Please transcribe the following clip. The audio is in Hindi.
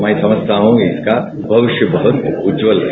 मैं समझता हूं इसका भविष्य बहुत उज्जवल है